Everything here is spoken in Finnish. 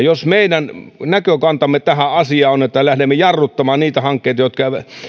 jos meidän näkökantamme tähän asiaan on että lähdemme jarruttamaan niitä hankkeita jotka jotka